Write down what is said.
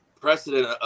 precedent